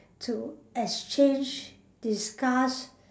to exchange discuss